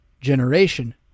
generation